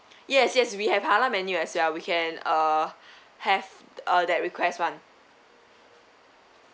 yes yes we have halal menu as well we can uh have uh that request one